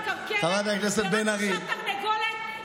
ורק אישה מקרקרת ורק אישה תרנגולת,